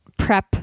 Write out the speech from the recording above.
prep